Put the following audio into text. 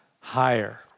higher